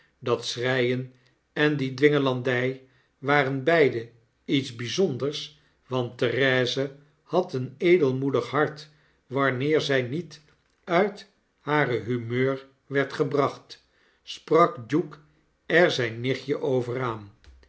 dat schreien en diedwingelandy waren beide iets byzonders want therese had een edelmoedig hart wanneer zy niet uit haar humeur werd gebracht sprak duke er zyn nichtje over